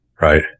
right